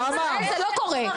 אצלם זה לא קורה.